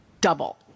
double